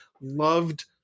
loved